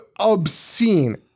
Obscene